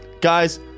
Guys